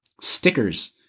stickers